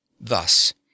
Thus